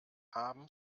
haben